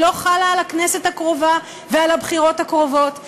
היא לא חלה על הכנסת הקרובה ועל הבחירות הקרובות.